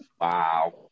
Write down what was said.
Wow